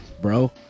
Bro